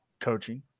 coaching